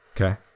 Okay